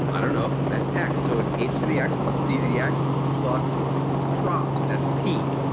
i don't know, that's x. so it's h to the x plus c to the x plus props, that's p.